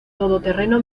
todoterreno